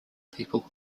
people